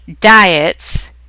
diets